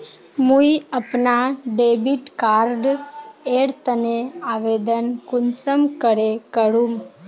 मुई नया debit card एर तने आवेदन कुंसम करे करूम?